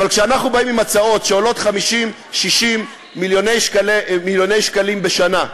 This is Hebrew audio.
אבל כשאנחנו באים עם הצעות שעולות 50 60 מיליוני שקלים בשנה,